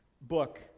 book